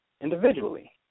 individually